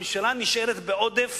הממשלה נשארת בעודף